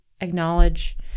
acknowledge